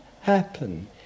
happen